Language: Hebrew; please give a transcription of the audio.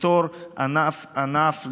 לפתור ענף-ענף,